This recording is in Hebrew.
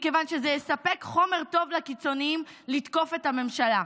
מכיוון שזה יספק חומר טוב לקיצונים לתקוף את הממשלה.